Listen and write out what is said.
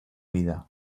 vida